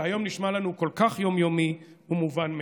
שהיום נשמע לנו כל כך יום-יומי ומובן מאליו.